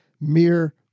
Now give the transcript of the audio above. mere